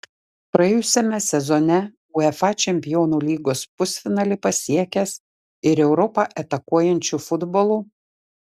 praėjusiame sezone uefa čempionų lygos pusfinalį pasiekęs ir europą atakuojančiu futbolu